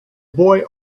boy